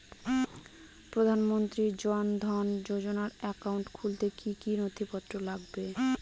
প্রধানমন্ত্রী জন ধন যোজনার একাউন্ট খুলতে কি কি নথিপত্র লাগবে?